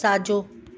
साॼो